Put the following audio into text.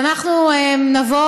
אז אנחנו נבוא